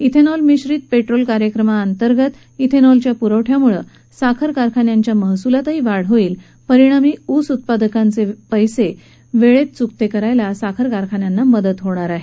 श्रेनॉल मिश्रीत पेट्रोल कार्यक्रमा अंतर्गत श्रेनॉल च्या पुरवठ्यामुळे साखर कारखान्यांच्या महसुलात वाढ होईल परिणामी ऊस उत्पादकांचे पस्तीवेळेत चुकते करायला साखर कारखान्यांना मदत होणार आहे